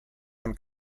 von